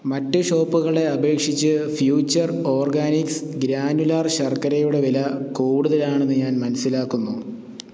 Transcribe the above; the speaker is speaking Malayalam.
മറ്റ് ഷോപ്പുകളെ അപേക്ഷിച്ച് ഫ്യൂച്ചർ ഓർഗാനിക്സ് ഗ്രാനുലാർ ശർക്കരയുടെ വില കൂടുതലാണെന്ന് ഞാൻ മനസ്സിലാക്കുന്നു